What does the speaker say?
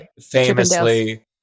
famously